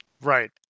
Right